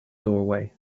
doorway